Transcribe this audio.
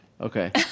Okay